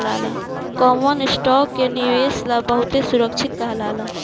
common stock के निवेश ला बहुते सुरक्षित कहाला